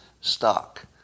stock